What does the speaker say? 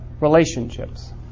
relationships